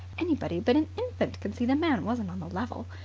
anybody but an infant could see the man wasn't on the level.